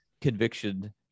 conviction